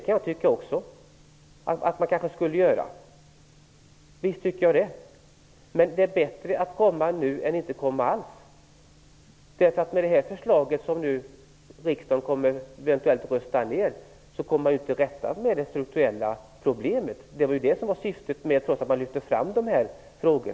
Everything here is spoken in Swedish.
Också jag kan tycka att man kanske skulle ha gjort det, men det är bättre att komma nu är att inte komma alls. Med det förslag som riksdagen nu eventuellt kommer att rösta ned skulle man komma till rätta med det strukturella problemet. Det var syftet med att lyfta fram dessa frågor.